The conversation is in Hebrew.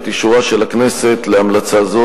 בעניין מדיניות הממשלה כלפי האזרחים הערבים.